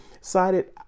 cited